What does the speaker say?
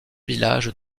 village